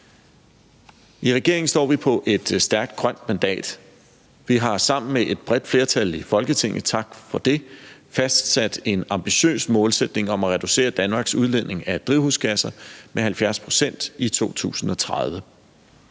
I Regeringen står vi på et stærkt grønt mandat. Vi har sammen med et bredt flertal i Folketinget – tak for det – fastsat en ambitiøs målsætning om at reducere Danmarks udledning af drivhusgasser med 70 pct. i 2030.